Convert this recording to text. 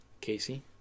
Casey